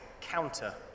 counter